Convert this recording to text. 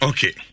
Okay